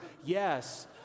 Yes